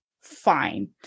fine